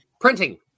printing